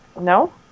No